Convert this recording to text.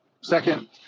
Second